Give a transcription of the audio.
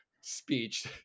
speech